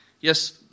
yes